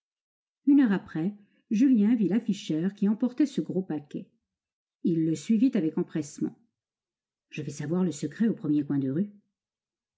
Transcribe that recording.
une heure après julien vit l'afficheur qui emportait ce gros paquet il le suivit avec empressement je vais savoir le secret au premier coin de rue